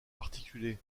articulée